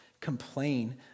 complain